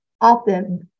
often